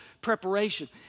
preparation